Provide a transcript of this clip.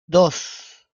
dos